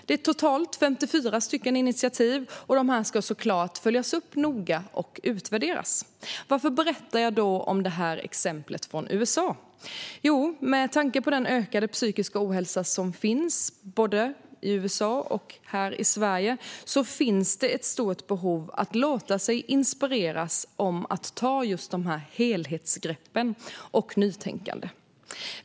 Det är totalt 54 initiativ, och dessa ska såklart följas upp noga och utvärderas. Varför berättar jag då om detta exempel från USA? Jo, med tanke på den ökade psykiska ohälsa som finns både i USA och här i Sverige finns det ett stort behov av att låta sig inspireras att ta helhetsgrepp och ha ett nytänkande.